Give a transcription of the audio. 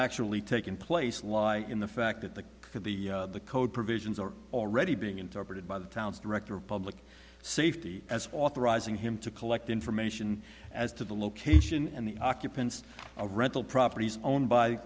actually taken place lie in the fact that the the the code provisions are already being interpreted by the town's director of public safety as authorizing him to collect information as to the location and the occupants of rental properties owned by